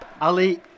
Ali